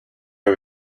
are